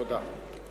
תודה.